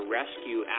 rescue